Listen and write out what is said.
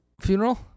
funeral